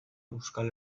euskal